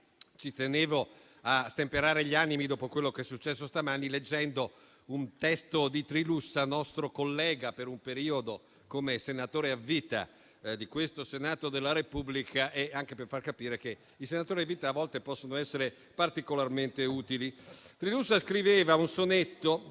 ci tenevo a stemperare gli animi dopo quello che è successo stamani, leggendo un testo di Trilussa, nostro collega per un periodo come senatore a vita di questo Senato della Repubblica, anche per far capire che i senatori a vita a volte possono essere particolarmente utili. [**Presidenza del